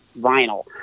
Vinyl